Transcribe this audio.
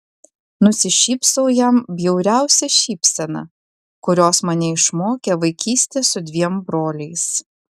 nusišypsau jam bjauriausia šypsena kurios mane išmokė vaikystė su dviem broliais